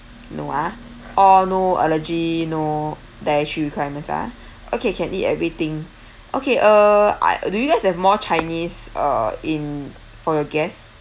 no ah all no allergy no dietary requirements ah okay can eat everything okay uh are do you guys have more chinese uh in for your guests